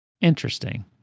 Interesting